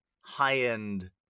high-end